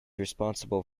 responsible